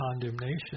condemnation